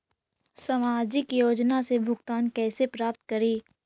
सामाजिक योजना से भुगतान कैसे प्राप्त करी?